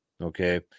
Okay